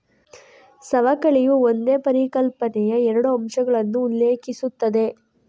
ಸವಕಳಿಯು ಒಂದೇ ಪರಿಕಲ್ಪನೆಯ ಎರಡು ಅಂಶಗಳನ್ನು ಉಲ್ಲೇಖಿಸುತ್ತದೆ